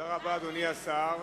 תודה רבה, אדוני השר.